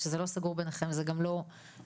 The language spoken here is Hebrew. כשזה לא סגור ביניכם, זה גם לא כאן.